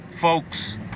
folks